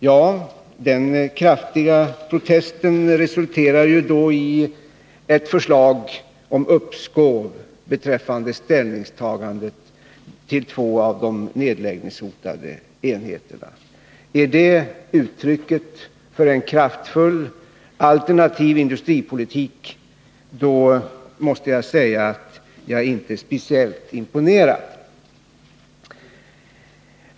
Ja, den kraftiga protesten resulterar då i ett förslag om uppskov beträffande ställningstagandet till två av de nedläggningshotade enheterna. Är detta uttrycket för en kraftfull alternativ industripolitik, måste jag säga att jag inte är speciellt imponerad.